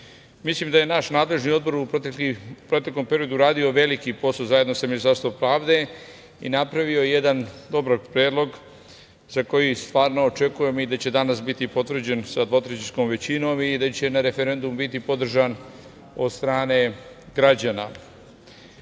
Mislim da je naš nadležni odbor u proteklom periodu uradio veliki posao, zajedno sa Ministarstvom pravde, i napravio jedan dobar predlog za koji stvarno očekujem da će danas biti potvrđen sa dvotrećinskom većinom i da će na referendumu biti podržan od strane građana. Mi